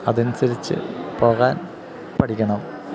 അതനുസരിച്ച് പോകാൻ പഠിക്കണം